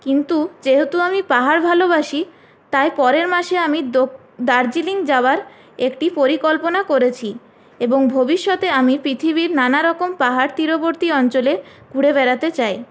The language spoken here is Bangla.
কিন্তু যেহেতু আমি পাহাড় ভালোবাসি তাই পরের মাসে আমি দার্জিলিং যাওয়ার একটি পরিকল্পনা করেছি এবং ভবিষ্যতে আমি পৃথিবীর নানারকম পাহাড় তীরবর্তী অঞ্চলে ঘুরে বেড়াতে চাই